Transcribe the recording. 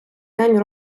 день